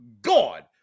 god